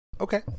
Okay